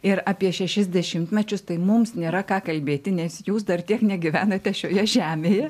ir apie šešis dešimtmečius tai mums nėra ką kalbėti nes jūs dar tiek negyvenate šioje žemėje